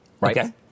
Right